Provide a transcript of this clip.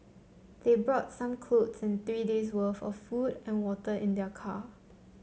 they brought some clothes and three days worth of food and water in their car